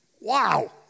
Wow